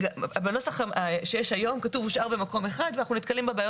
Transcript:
בנוסח שיש היום כתוב "הושאר במקום אחד" ואנחנו נתקלים בבעיה